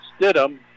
Stidham